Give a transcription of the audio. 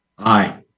Aye